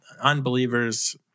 unbelievers